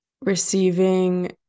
receiving